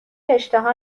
اشتها